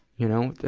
you know,